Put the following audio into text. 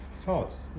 thoughts